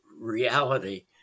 reality